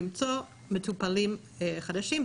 למצוא מטופלים חדשים.